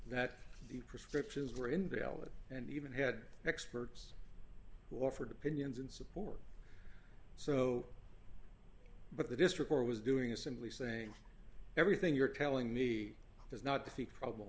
that the prescriptions were invalid and even had experts who offered opinions in support so but the district or was doing it simply saying everything you're telling me is not to seek probable